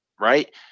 right